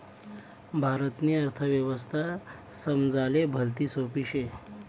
भारतनी अर्थव्यवस्था समजाले भलती सोपी शे